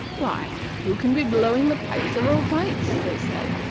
why, who can be blowing the pipes of old pipes? they said.